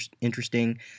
interesting